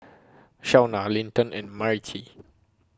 Shauna Linton and Myrtie